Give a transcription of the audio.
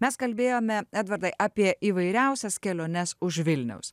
mes kalbėjome edvardai apie įvairiausias keliones už vilniaus